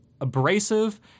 abrasive